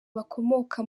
bakomoka